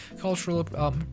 cultural